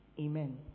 Amen